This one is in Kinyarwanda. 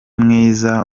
mwiza